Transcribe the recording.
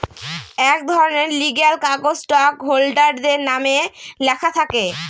এক ধরনের লিগ্যাল কাগজ স্টক হোল্ডারদের নামে লেখা থাকে